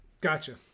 Gotcha